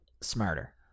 smarter